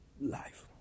life